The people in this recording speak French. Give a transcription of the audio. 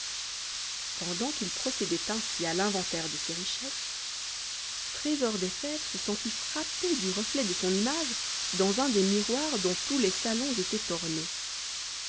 pendant qu'il procédait ainsi à l'inventaire de ses richesses trésor des fèves se sentit frappé du reflet de son image dans un des miroirs dont tous les salons étaient ornés